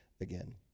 again